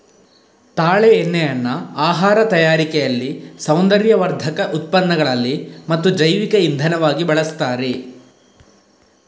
ತಾಳೆ ಎಣ್ಣೆಯನ್ನ ಆಹಾರ ತಯಾರಿಕೆಯಲ್ಲಿ, ಸೌಂದರ್ಯವರ್ಧಕ ಉತ್ಪನ್ನಗಳಲ್ಲಿ ಮತ್ತು ಜೈವಿಕ ಇಂಧನವಾಗಿ ಬಳಸ್ತಾರೆ